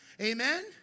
Amen